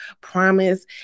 promise